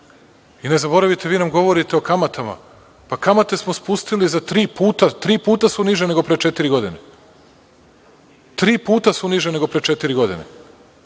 zaboravite, vi nam govorite o kamatama. Kamate smo spustili za tri puta. Tri puta su niže nego pre četiri godine. Tri puta niže, i to smo uspeli ne